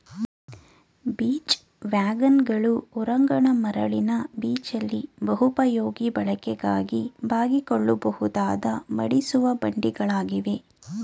beach ವ್ಯಾಗನ್ಗಳು ಹೊರಾಂಗಣ ಮರಳಿನ ಬೀಚಲ್ಲಿ ಬಹುಪಯೋಗಿ ಬಳಕೆಗಾಗಿ ಬಾಗಿಕೊಳ್ಳಬಹುದಾದ ಮಡಿಸುವ ಬಂಡಿಗಳಾಗಿವೆ